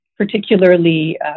particularly